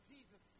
Jesus